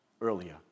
earlier